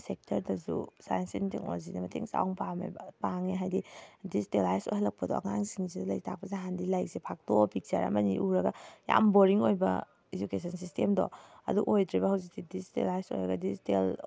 ꯁꯦꯛꯇꯔꯗꯁꯨ science and ꯇꯦꯛꯅꯣꯂꯣꯖꯤꯅ ꯃꯇꯦꯡ ꯆꯥꯎꯅ ꯄꯥꯝꯃꯦꯕ ꯄꯥꯡꯉꯦ ꯍꯥꯏꯗꯤ ꯗꯤꯖꯤꯇꯦꯂꯥꯏꯁ ꯑꯣꯏꯍꯜꯂꯛꯄꯗꯣ ꯑꯉꯥꯡꯁꯤꯡꯁꯤꯗ ꯂꯥꯏꯔꯤꯛ ꯇꯥꯛꯄꯁꯦ ꯍꯥꯟꯅꯗꯤ ꯂꯥꯏꯔꯤꯛ ꯐꯥꯛꯇꯣꯛꯑ ꯄꯤꯛꯆꯔ ꯑꯃ ꯑꯅꯤ ꯎꯔꯒ ꯌꯥꯝꯅ ꯕꯣꯔꯤꯡ ꯑꯣꯏꯕ ꯏꯖꯨꯀꯦꯁꯟ ꯁꯤꯁꯇꯦꯝꯗꯣ ꯑꯗꯨ ꯑꯣꯏꯗ꯭ꯔꯦꯕ ꯍꯧꯖꯤꯛꯇꯤ ꯗꯤꯖꯤꯇꯦꯂꯥꯏꯁ ꯑꯣꯏꯔꯒ ꯗꯤꯖꯤꯇꯦꯜ